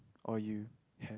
or you had